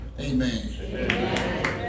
Amen